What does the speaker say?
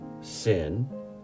sin